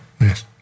Yes